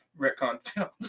retcon